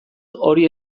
hori